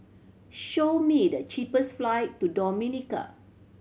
show me the cheapest flight to Dominica